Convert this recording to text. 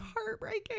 heartbreaking